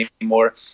anymore